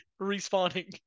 respawning